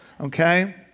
Okay